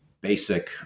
basic